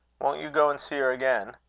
won't you go and see her again?